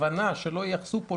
כוונה שייחסו פה,